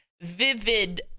vivid